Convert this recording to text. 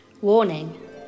Warning